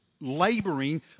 laboring